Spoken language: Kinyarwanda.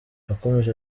yakomeje